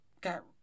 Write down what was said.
Got